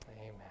Amen